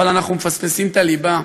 אבל אנחנו מפספסים את הליבה,